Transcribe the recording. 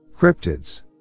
Cryptids